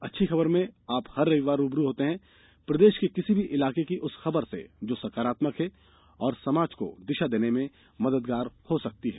अच्छी खबरमें आप हर रविवार रूबरू होते हैं प्रदेश के किसी भी इलाके की उस खबर से जो सकारात्मक है और समाज को दिशा देने में मददगार हो सकती है